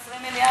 מיליארד.